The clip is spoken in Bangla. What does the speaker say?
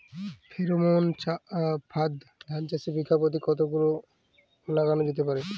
ফ্রেরোমন ফাঁদ ধান চাষে বিঘা পতি কতগুলো লাগানো যেতে পারে?